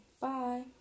Bye